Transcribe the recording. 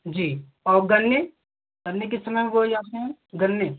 जी और गन्ने गन्ने किस समय बोए जाते हैं गन्ने